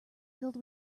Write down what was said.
filled